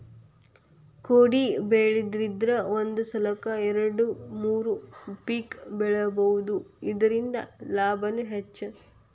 ಕೊಡಿಬೆಳಿದ್ರಂದ ಒಂದ ಸಲಕ್ಕ ಎರ್ಡು ಮೂರು ಪಿಕ್ ಬೆಳಿಬಹುದು ಇರ್ದಿಂದ ಲಾಭಾನು ಹೆಚ್ಚ